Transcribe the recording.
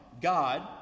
God